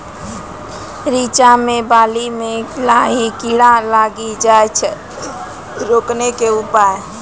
रिचा मे बाली मैं लाही कीड़ा लागी जाए छै रोकने के उपाय?